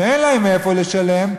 שאין להם מאיפה לשלם,